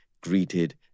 greeted